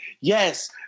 yes